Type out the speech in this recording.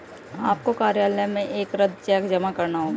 आपको कार्यालय में एक रद्द चेक जमा करना होगा